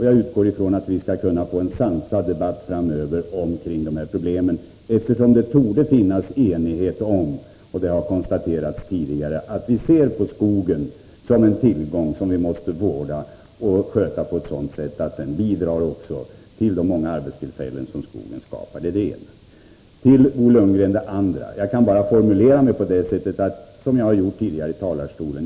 Jag utgår från att vi framöver skall kunna föra en sansad debatt om dessa problem, eftersom det, vilket har konstaterats tidigare, torde råda enighet om att vi ser skogen som en tillgång som vi måste vårda och sköta på ett sådant sätt att den bidrar med de många arbetstillfällen som skogen kan skapa. För det andra: Jag kan, Bo Lundgren, bara formulera mig på det sätt som jag tidigare har gjort.